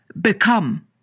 become